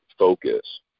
focus